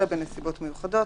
אלא בנסיבות מיוחדות,